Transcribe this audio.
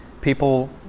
People